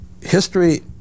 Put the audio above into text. history